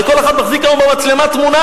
הרי כל אחד מחזיק היום במצלמה תמונה.